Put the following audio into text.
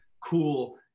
cool